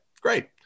great